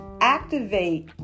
activate